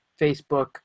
Facebook